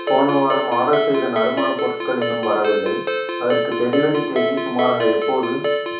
போன வாரம் ஆர்டர் செய்த நறுமணப் பொருட்கள் இன்னும் வரவில்லை அதற்கு டெலிவரி தேதி சுமாராக எப்போது